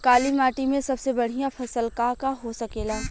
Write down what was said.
काली माटी में सबसे बढ़िया फसल का का हो सकेला?